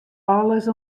alles